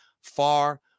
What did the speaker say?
far